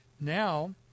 now